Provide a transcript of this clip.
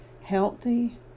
Healthy